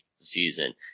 season